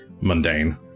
mundane